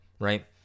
right